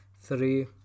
three